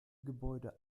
gebäude